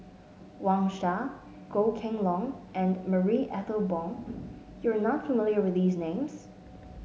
Wang Sha Goh Kheng Long and Marie Ethel Bong you are not familiar with these names